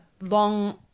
long